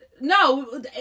No